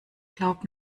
glaub